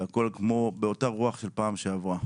והכל כמו, באותה רוח של פעם שעברה.